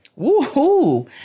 Woohoo